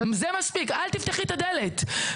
זה מספיק: אל תפתחי את הדלת.